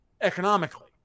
economically